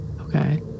Okay